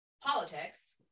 politics